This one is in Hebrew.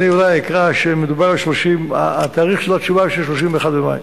מדובר בתשובה מ-31 במאי.